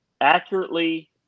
accurately